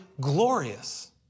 glorious